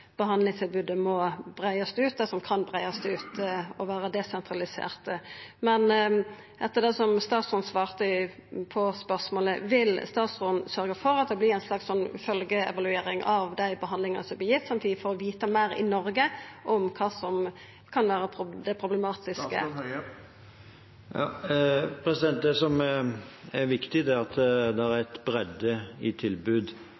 behandlingstilbodet må breiast ut, det som kan breiast ut, og vera desentralisert. Men etter det statsråden svarte på spørsmålet: Vil statsråden sørgja for at det blir ei slags følgjeevaluering av dei behandlingane som blir gitt, slik at vi får veta meir i Noreg om kva som kan vera det problematiske? Det som er viktig, er at det er en bredde i